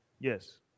Yes